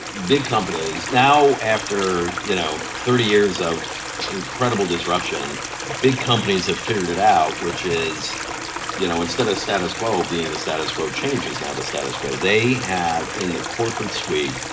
big companies, now after you know thirty years of incredible disruption big companies have figured it out, which is you know instead of status quo being the status quo it changes now, the status quo. they have in the corporate suite,